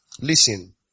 Listen